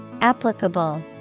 Applicable